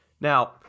Now